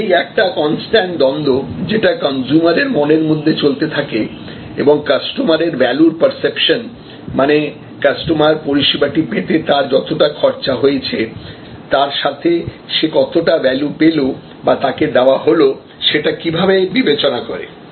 সুতরাং এই একটা কনস্ট্যান্ট দ্বন্দ্ব যেটা কনজ্যুমার এর মনের মধ্যে চলতে থাকে এবং কাস্টমারের ভ্যালু র পার্সেপশন মানে কাস্টমার পরিষেবাটি পেতে তার যতটা খরচা হয়েছে তার সাথে সে কতটা ভ্যালু পেল বা তাকে দেওয়া হলো সেটা কিভাবে বিবেচনা করে